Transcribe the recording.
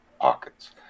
pockets